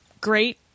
Great